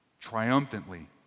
Triumphantly